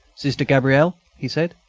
sister gabrielle, he said,